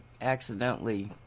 accidentally